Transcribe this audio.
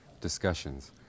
discussions